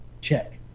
Check